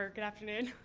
um good afternoon.